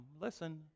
Listen